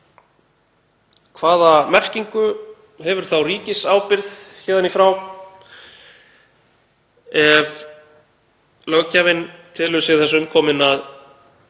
Hvaða merkingu hefur ríkisábyrgð héðan í frá ef löggjafinn telur sig þess umkominn að